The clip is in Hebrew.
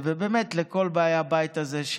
ובאמת לכל באי הבית הזה,